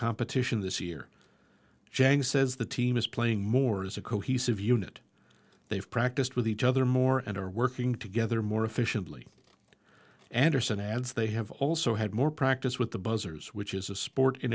competition this year jang says the team is playing more as a cohesive unit they've practiced with each other more and are working together more efficiently anderson adds they have also had more practice with the buzzers which is a sport in